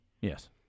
Yes